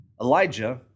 Elijah